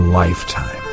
lifetime